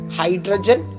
hydrogen